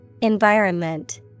Environment